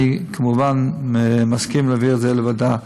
אני, כמובן, מסכים להעביר את זה לוועדה.